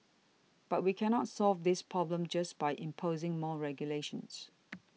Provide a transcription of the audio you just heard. but we cannot solve this problem just by imposing more regulations